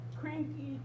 cranky